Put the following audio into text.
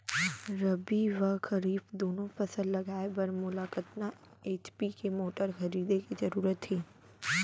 रबि व खरीफ दुनो फसल लगाए बर मोला कतना एच.पी के मोटर खरीदे के जरूरत हे?